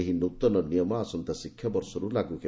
ଏହି ନ୍ନତନ ନିୟମ ଆସନ୍ତା ଶିକ୍ଷାବର୍ଷରୁ ଲାଗୁ ହେବ